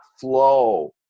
flow